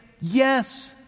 yes